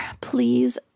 please